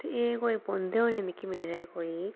ते एह् कोई पौंदे होने मिगी मेद ऐ कोई